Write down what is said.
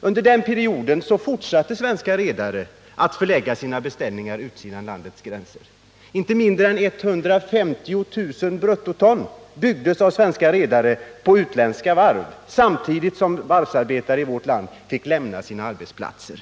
Under den perioden fortsatte svenska redare att förlägga sina beställningar utanför landets gränser. Inte mindre än 150 000 bruttoton byggdes av svenska redare på utländska varv, samtidigt som varvsarbetare i vårt land fick lämna sina arbetsplatser.